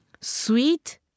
sweet